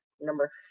Number